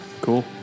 Cool